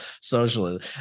socialism